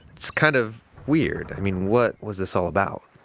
it's kind of weird. i mean what was this all about?